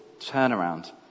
turnaround